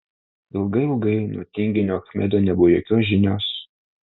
ilgai ilgai nuo tinginio achmedo nebuvo jokios žinios